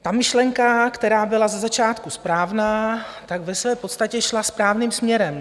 Ta myšlenka, která byla ze začátku správná, ve své podstatě šla správným směrem.